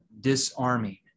disarming